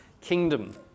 kingdom